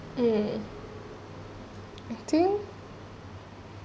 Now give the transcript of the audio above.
mm I think